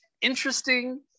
interesting